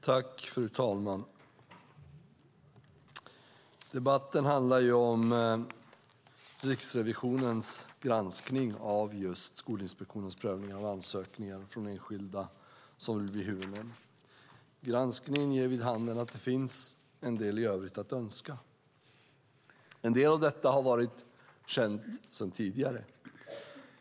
Fru talman! Debatten handlar om Riksrevisionens granskning av just Skolinspektionens prövningar av ansökningar från enskilda som vill bli huvudmän. Granskningen ger vid handen att det finns en del övrigt att önska. En del av detta har varit känt sedan tidigare.